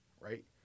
right